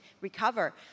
recover